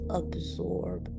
absorb